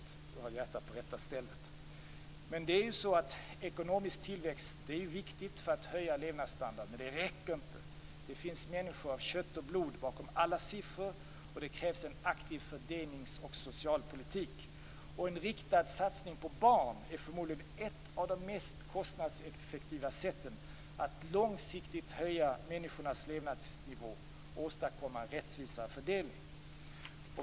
Jag vet att hon har hjärtat på rätta stället. Ekonomisk tillväxt är viktig för att höja levnadsstandarden, men det räcker inte. Det finns människor av kött och blod bakom alla siffror. Det krävs en aktiv fördelnings och socialpolitik. En riktad satsning på barn är förmodligen ett av de mest kostnadseffektiva sätten att långsiktigt höja människornas levnadsnivå och åstadkomma en rättvisare fördelning.